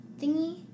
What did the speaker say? thingy